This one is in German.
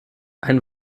ein